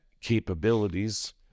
capabilities